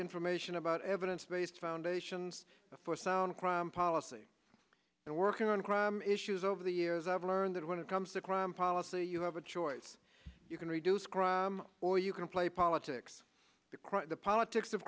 information about evidence based foundations for sound crime policy and working on crime issues over the years i've learned that when it comes to crime policy you have a choice you can reduce crime or you can play politics the crime the politics of